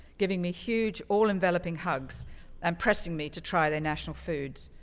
giving me huge, all-enveloping hugs and pressing me to try their national foods.